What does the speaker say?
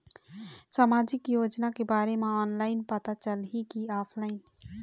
सामाजिक योजना के बारे मा ऑनलाइन पता चलही की ऑफलाइन?